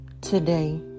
Today